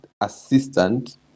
assistant